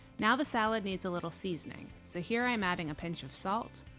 now the salad needs a little seasoning so here i'm adding a pinch of salt,